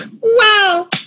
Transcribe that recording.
wow